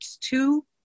two